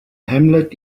hamlet